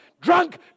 drunk